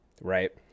right